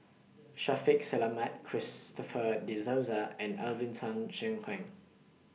Shaffiq Selamat Christopher De Souza and Alvin Tan Cheong Kheng